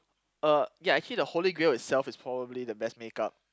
uh ya actually the holy grail itself is probably the best make-up